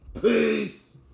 Peace